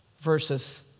versus